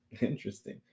interesting